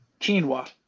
quinoa